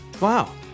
Wow